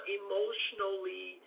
emotionally